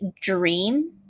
dream